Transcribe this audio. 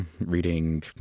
reading